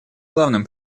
главным